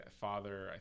Father